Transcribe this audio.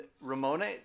ramona